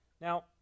Now